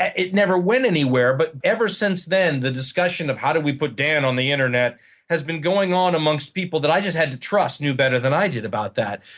it never went anywhere but ever since then, the discussion of how do we put dan on the internet has been going on amongst people that i just had to trust knew better than i did about that.